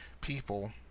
people